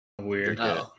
Weird